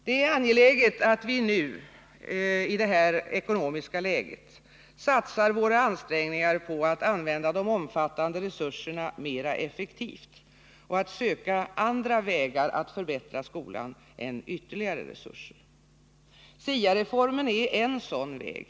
Det är angeläget att vi, i det nuvarande ekonomiska läget, satsar våra ansträngningar på att använda de omfattande resurserna mera effektivt och på att söka andra vägar att förbättra skolan än genom ytterligare resurser. SIA-reformen är en sådan väg.